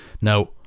now